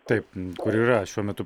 taip kur yra šiuo metu